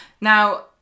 Now